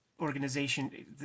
organization